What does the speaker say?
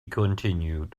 continued